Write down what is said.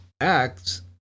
acts